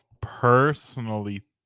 personally